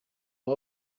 aba